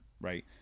Right